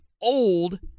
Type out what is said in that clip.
old